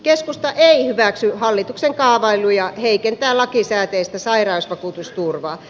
keskusta ei hyväksy hallituksen kaavailuja heikentää lakisääteistä sairausvakuutusturvaa